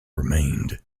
remained